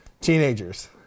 Teenagers